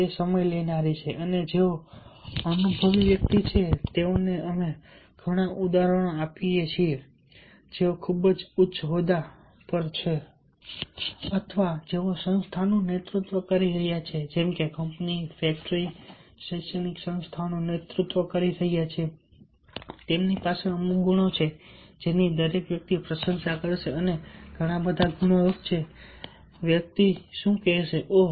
તે સમય લે છે અને જેઓ અનુભવી વ્યક્તિ છે તેઓને અમે ઘણાં ઉદાહરણો આપી શકીએ છીએ જેઓ ખૂબ ઉચ્ચ હોદ્દા ધરાવે છે અથવા જેઓ સંસ્થાનું નેતૃત્વ કરી રહ્યા છે જેમકે કંપની ફેક્ટરી શૈક્ષણિક સંસ્થાઓનું નેતૃત્વ કરી રહ્યા છે તેમની પાસે અમુક ગુણો છે જેની દરેક વ્યક્તિ પ્રશંસા કરશે અને ઘણા બધા ગુણો વચ્ચે વ્યક્તિ શું કહેશે ઓહ